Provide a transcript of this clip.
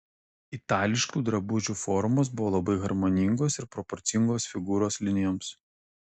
itališkų drabužių formos buvo labai harmoningos ir proporcingos figūros linijoms